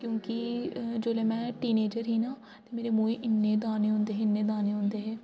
क्योंकि जोल्लै में टीन ऐजर ही ना मेरे मुंहे इन्ने दाने होंदे हे इन्ने दाने होदे हे